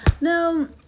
No